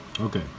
Okay